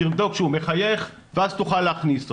תבדוק שהוא מחייך ואז תוכל להכניס אותו.